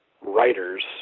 writers